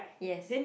yes